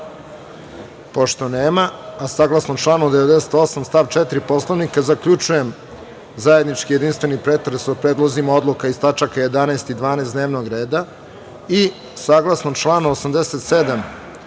nema, saglasno članu 98. stav 4. Poslovnika, zaključujem zajednički jedinstveni pretres o predlozima odluka iz tačaka 11. i 12. dnevnog reda. Saglasno članu 87.